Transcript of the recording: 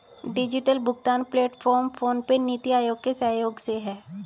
digital भुगतान platform PhonePe, NITI Aayog के सहयोग से है